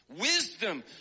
wisdom